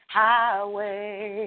highway